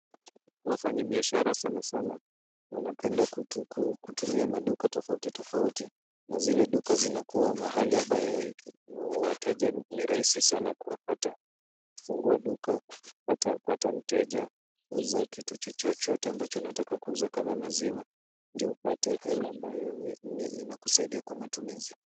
Wafanyabiashara sana sana wanapenda kutumia maduka tofauti tofauti na zile duka zinakuwa mahali ambapo wateja ni rahisi sana kuwapata. Kufungua duka, kupata mteja, kuuza kitu chochote unachotaka kuuza kama maziwa ndio upate hela ambayo inakusaidia kwa matumizi.